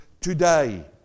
today